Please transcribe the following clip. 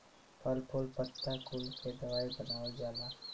फल फूल पत्ता कुल के दवाई बनावल जाला